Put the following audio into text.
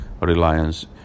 reliance